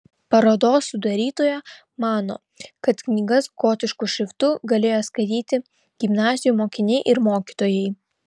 parodos sudarytoja mano kad knygas gotišku šriftu galėjo skaityti gimnazijų mokiniai ir mokytojai